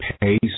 pace